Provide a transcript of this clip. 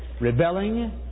rebelling